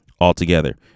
altogether